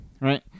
right